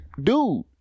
Dude